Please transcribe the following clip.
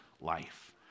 life